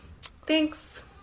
Thanks